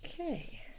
Okay